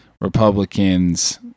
Republicans